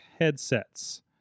headsets